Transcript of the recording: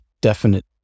definite